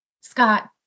Scott